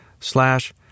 Slash